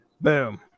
boom